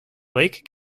lake